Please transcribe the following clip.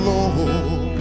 Lord